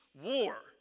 war